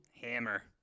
Hammer